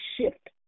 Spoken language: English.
shift